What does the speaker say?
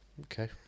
okay